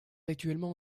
actuellement